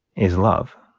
is love.